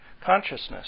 consciousness